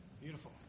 Beautiful